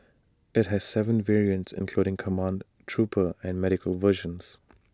IT has Seven variants including command trooper and medical versions